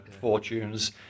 fortunes